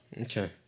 Okay